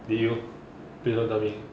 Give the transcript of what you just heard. did you please don't tell me